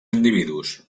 individus